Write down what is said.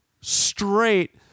straight